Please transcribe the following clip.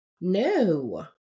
No